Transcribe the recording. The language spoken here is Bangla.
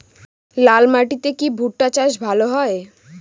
লাল মাটিতে কি ভুট্টা চাষ ভালো হয়?